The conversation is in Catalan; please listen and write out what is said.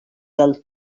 del